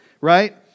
right